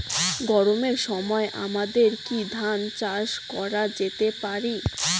গরমের সময় আমাদের কি ধান চাষ করা যেতে পারি?